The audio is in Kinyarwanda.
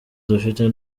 dufite